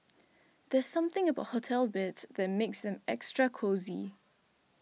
there's something about hotel beds that makes them extra cosy